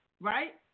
right